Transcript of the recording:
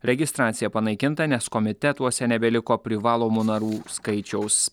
registracija panaikinta nes komitetuose nebeliko privalomo narų skaičiaus